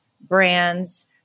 brands